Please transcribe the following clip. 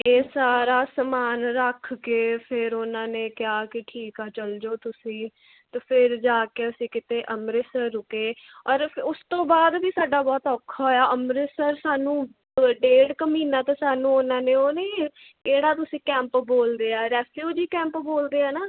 ਅਤੇ ਇਹ ਸਾਰਾ ਸਮਾਨ ਰੱਖ ਕੇ ਫਿਰ ਉਹਨਾਂ ਨੇ ਕਿਹਾ ਕਿ ਠੀਕ ਆ ਚੱਲ ਜਾਓ ਤੁਸੀਂ ਅਤੇ ਫਿਰ ਜਾ ਕੇ ਅਸੀਂ ਕਿਤੇ ਅੰਮ੍ਰਿਤਸਰ ਰੁਕੇ ਔਰ ਉਸ ਤੋਂ ਬਾਅਦ ਵੀ ਸਾਡਾ ਬਹੁਤਾ ਔਖਾ ਹੋਇਆ ਅੰਮ੍ਰਿਤਸਰ ਸਾਨੂੰ ਡੇਢ ਕੁ ਮਹੀਨਾ ਤਾਂ ਸਾਨੂੰ ਉਹਨਾਂ ਨੇ ਉਹ ਨਹੀਂ ਕਿਹੜਾ ਤੁਸੀਂ ਕੈਂਪ ਬੋਲਦੇ ਆ ਰੈਫੀਉਜੀ ਕੈਂਪ ਬੋਲਦੇ ਆ ਨਾ